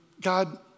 God